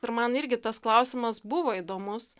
ir man irgi tas klausimas buvo įdomus